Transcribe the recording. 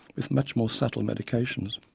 with much more subtle medications.